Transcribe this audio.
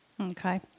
Okay